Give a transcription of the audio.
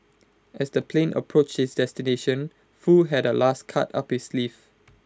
as the plane approached its destination Foo had A last card up his sleeve